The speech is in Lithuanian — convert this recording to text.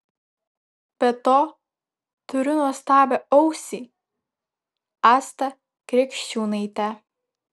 be to turiu nuostabią ausį astą krikščiūnaitę